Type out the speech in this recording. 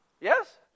Yes